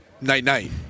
night-night